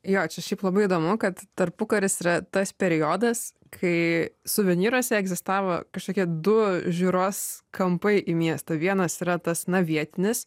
jo čia šiaip labai įdomu kad tarpukaris yra tas periodas kai suvenyruose egzistavo kažkokie du žiūros kampai į miestą vienas yra tas na vietinis